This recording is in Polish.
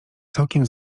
całkiem